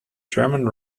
german